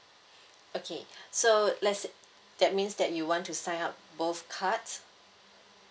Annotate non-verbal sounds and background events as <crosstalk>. <breath> okay <breath> so let's say that means that you want to sign up both cards